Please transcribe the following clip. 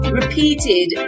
repeated